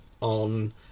on